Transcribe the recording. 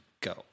go